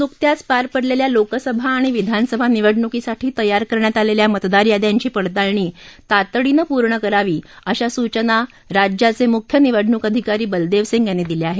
नुकत्याच पार पडलेल्या लोकसभा आणि विधान सभा निवडणुकीसाठी तयार करण्यात आलेल्या मतदार याद्यांची पडताळणी तातडीनं पूर्ण करावी अशा सूचना राज्याचे मुख्य निवडणूक अधिकारी बलदेव सिंग यांनी दिल्या आहेत